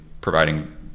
providing